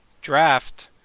draft